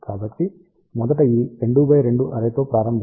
కాబట్టి మొదట ఈ 2 x 2 అర్రే తో ప్రారంభిస్తాను